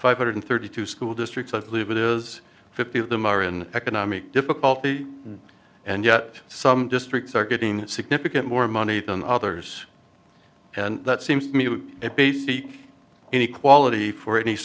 five hundred thirty two school districts i believe it is fifty of them are in economic difficulty and yet some districts are getting significant more money than others and that seems to me would it be seek any quality for any